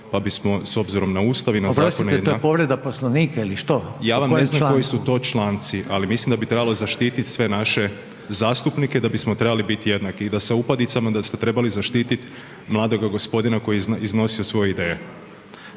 pa bismo s obzirom na Ustav i na …/Upadica: Oprostite, to je povreda Poslovnika ili što?/… ja vam ne znam koji su to članci, ali mislim da bi trebalo zaštiti sve naše zastupnike da bismo trebali biti jednaki i da se upadicama, da ste trebali zaštiti mladoga gospodina koji je iznosio svoje ideje.